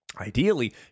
ideally